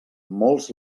molts